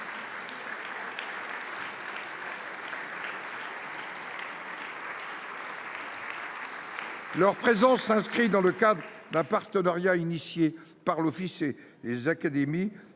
Leur présence s’inscrit dans le cadre d’un partenariat noué par l’Office avec les Académies